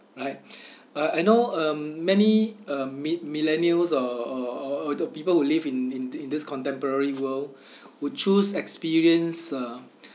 right uh I know um many uh mil~ millennials or or or the people who live in in th~ in this contemporary world would choose experience uh